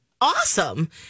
awesome